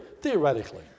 theoretically